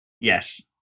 Yes